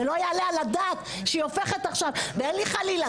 לא יעלה על הדעת שהיא הופכת עכשיו וחלילה,